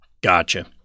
Gotcha